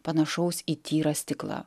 panašaus į tyrą stiklą